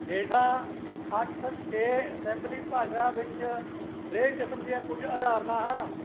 ਹੇਠਾਂ ਅੱਠ ਛੇ ਅਸੈਂਬਲੀ ਭਾਸ਼ਾ ਵਿੱਚ ਹਰੇਕ ਕਿਸਮ ਦੀਆਂ ਕੁਝ ਉਦਾਹਰਣਾਂ ਹਨ